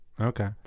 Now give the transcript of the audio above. Okay